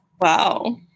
wow